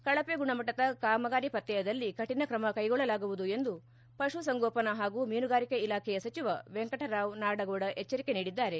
ಕಳಪೆ ಗುಣಮಟ್ಟದ ಕಾಮಗಾರಿ ಪತ್ತೆಯಾದಲ್ಲಿ ಕಠಣ ಕ್ರಮ ಕೈಗೊಳ್ಳಲಾಗುವುದು ಎಂದು ಪಶುಸಂಗೋಪನಾ ಹಾಗೂ ಮೀನುಗಾರಿಕೆ ಇಲಾಖೆಯ ಸಚಿವ ವೆಂಕಟರಾವ್ ನಾಡಗೌಡ ಎಚ್ಚರಿಕೆ ನೀಡಿದ್ದಾರೆ